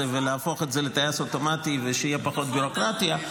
ולהפוך את זה לטייס אוטומטי ושתהיה פחות ביורוקרטיה.